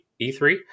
E3